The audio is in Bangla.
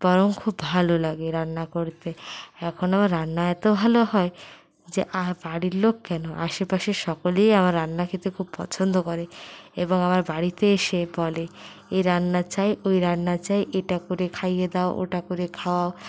বরং খুব ভালো লাগে রান্না করতে এখন আমার রান্না এত ভালো হয় যে বাড়ির লোক কেন আশেপাশের সকলেই আমার রান্না খেতে খুব পছন্দ করে এবং আমার বাড়িতে এসে বলে এ রান্না চাই ওই রান্না চাই এটা করে খাইয়ে দাও ওটা করে খাওয়াও